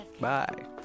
Bye